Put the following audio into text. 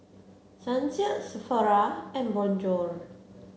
Sunsilk Sephora and Bonjour